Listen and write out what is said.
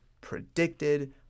predicted